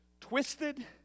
twisted